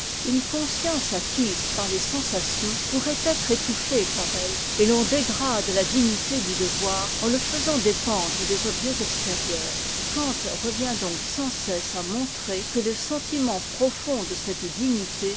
une conscience acquise par les sensations pourrait être étouffée par elles et l'on dégrade la dignité du devoir en le faisant dépendre des objets extérieurs kant revient donc sans cesse à montrer que le sentiment profond de cette dignité